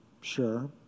Sure